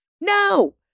No